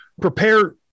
prepare